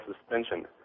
suspension